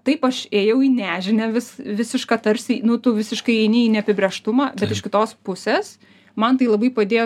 taip aš ėjau į nežinią vis visišką tarsi nu tu visiškai eini į neapibrėžtumą iš kitos pusės man tai labai padėjo